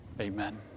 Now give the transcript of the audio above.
amen